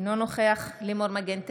אינו נוכח לימור מגן תלם,